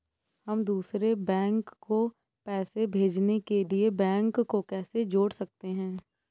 हम दूसरे बैंक को पैसे भेजने के लिए बैंक को कैसे जोड़ सकते हैं?